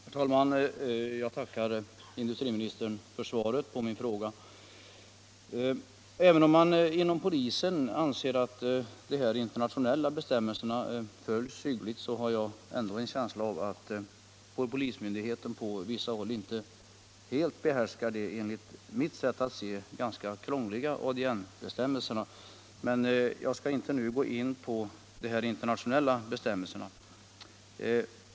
Herr talman! Jag tackar industriministern för svaret på min fråga. Även om man inom polisen anser att de internationella bestämmelserna följs hyggligt har jag ändå en känsla av att polismyndigheterna på vissa håll inte helt behärskar de enligt mitt sätt att se ganska krångliga ADR bestämmelserna. Men jag skall inte nu gå in på dessa internationella bestämmelser.